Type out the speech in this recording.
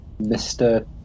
Mr